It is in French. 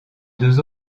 deux